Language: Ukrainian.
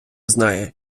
знає